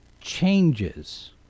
changes